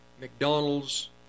McDonald's